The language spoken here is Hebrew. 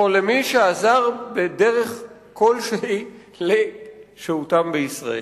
או למי שעזר בדרך כלשהי לשהותם בישראל.